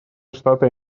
штаты